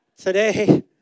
Today